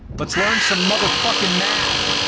let's learn some motherfucking math!